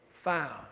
found